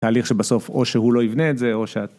תהליך שבסוף, או שהוא לא יבנה את זה, או שאת...